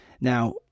Now